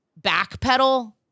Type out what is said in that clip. backpedal